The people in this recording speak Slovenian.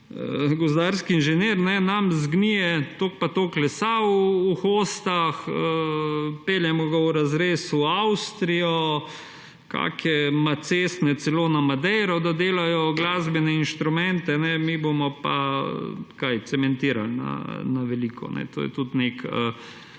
gozdarski inženir, vendar nam zgnije toliko pa toliko lesa v hostah, peljemo ga v razrez v Avstrijo, kake macesne celo na Madeiro, da delajo glasbene instrumente. Mi bomo pa – kaj? Cementirali na veliko, kajne. To je tudi nek